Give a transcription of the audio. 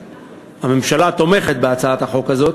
הממשלה תומכת בהצעת החוק הזאת,